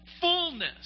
fullness